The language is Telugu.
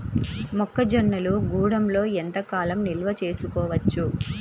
మొక్క జొన్నలు గూడంలో ఎంత కాలం నిల్వ చేసుకోవచ్చు?